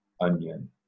onion